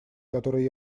который